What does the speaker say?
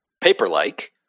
Paper-like